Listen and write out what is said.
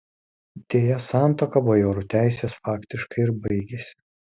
deja santuoka bajorių teisės faktiškai ir baigėsi